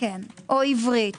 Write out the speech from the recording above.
או עברית